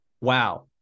wow